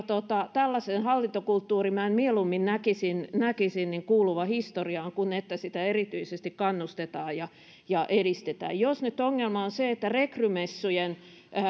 tällaisen hallintokulttuurin minä mieluummin näkisin näkisin kuuluvan historiaan kuin että sitä erityisesti kannustetaan ja ja edistetään jos nyt ongelma on se että rekrymessujen